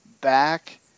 back